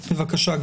בבקשה.